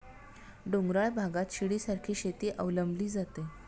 डोंगराळ भागात शिडीसारखी शेती अवलंबली जाते